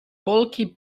bulky